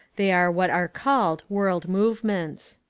they are what are called world movements.